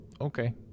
Okay